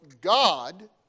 God